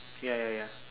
ya ya ya